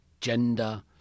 gender